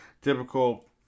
typical